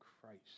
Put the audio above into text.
Christ